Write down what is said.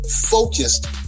focused